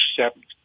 accept